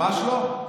ממש לא,